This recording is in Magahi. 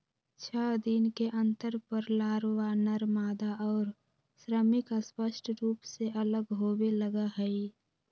छः दिन के अंतर पर लारवा, नरमादा और श्रमिक स्पष्ट रूप से अलग होवे लगा हई